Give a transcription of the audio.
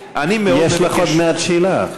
אי-אפשר, יש לך עוד מעט שאלה.